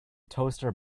toaster